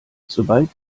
sobald